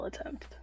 Attempt